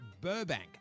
Burbank